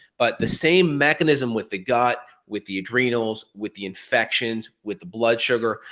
but, the same mechanism with the gut, with the adrenals, with the infections, with the blood sugar.